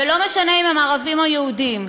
ולא משנה אם ערבים או יהודים.